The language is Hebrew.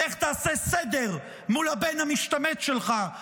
לך תעשה סדר מול הבן המשתמט שלך,